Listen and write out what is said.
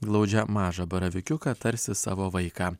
glaudžia mažą baravykiuką tarsi savo vaiką